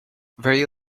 very